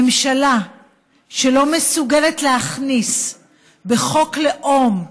ממשלה שלא מסוגלת להכניס בחוק לאום,